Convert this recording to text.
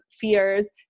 fears